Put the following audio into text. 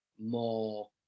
more